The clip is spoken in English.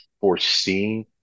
foreseeing